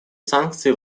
санкции